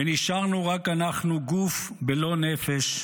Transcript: ונשארנו רק אנחנו גוף בלא נפש,